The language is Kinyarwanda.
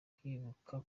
kwibutsa